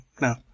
no